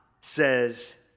says